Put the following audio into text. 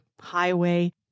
highway